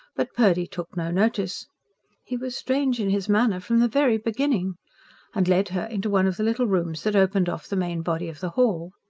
but purdy took no notice he was strange in his manner from the very beginning and led her into one of the little rooms that opened off the main body of the hall.